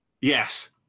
Yes